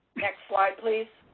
next slide, please.